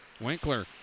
Winkler